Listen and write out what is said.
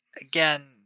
again